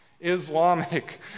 Islamic